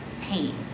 pain